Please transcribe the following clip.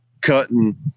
cutting